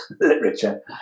literature